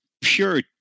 pure